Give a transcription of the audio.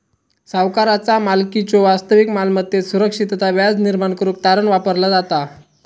सावकाराचा मालकीच्यो वास्तविक मालमत्तेत सुरक्षितता व्याज निर्माण करुक तारण वापरला जाता